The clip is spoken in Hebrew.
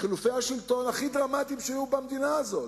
כחילופי השלטון הכי דרמטיים שהיו במדינה הזאת,